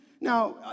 Now